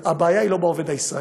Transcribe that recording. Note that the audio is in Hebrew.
להבהיר: הבעיה היא לא בעובד הישראלי,